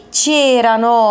c'erano